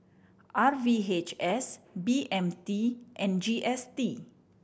R V H S B M T and G S T